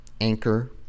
Anchor